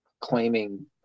claiming